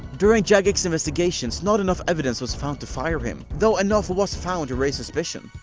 during jagex investigations, not enough evidence was found to fire him, though enough was found to raise suspicion.